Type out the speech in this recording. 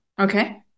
Okay